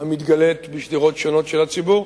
שמתגלית בשדרות שונות של הציבור.